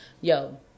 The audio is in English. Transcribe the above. yo